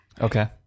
Okay